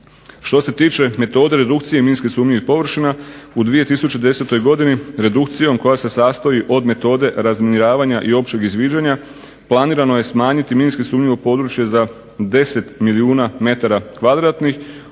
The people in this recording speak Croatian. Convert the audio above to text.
Što se tiče metode redukcije minski sumnjivih površina u 2010. Godini redukcijom koja se sastoji od metode razminiravanja i općeg izviđanja planirano je smanjiti minski sumnjivo područje za 10 milijuna metara kvadratnih